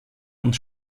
und